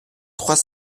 trois